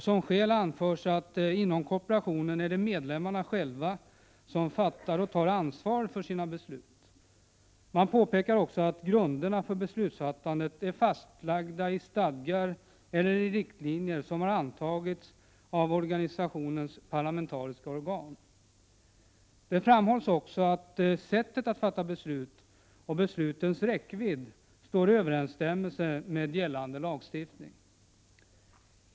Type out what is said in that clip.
Som skäl anförs att det inom kooperationen är medlemmarna själva som fattar beslut och som ansvarar för sina beslut. Man påpekar också att grunderna för beslutsfattandet är fastlagda i stadgar eller i riktlinjer som har antagits av organisationens parlamentariska organ. Det framhålls också att sättet att fatta beslut och beslutens räckvidd står i överensstämmelse med gällande lagstiftning.